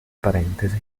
parentesi